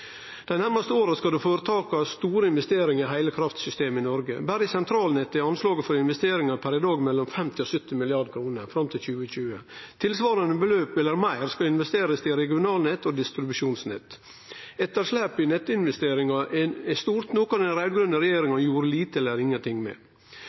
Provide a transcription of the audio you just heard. Dei nærmaste åra skal det gjerast store investeringar i heile kraftsystemet i Noreg. Berre i sentralnettet er anslaget for investeringane per i dag på mellom 50 og 70 mrd. kr fram til 2020. Tilsvarande beløp eller meir skal investerast i regionalnett og distribusjonsnett. Etterslepet i nettinvesteringane er stort, noko den raud-grøne regjeringa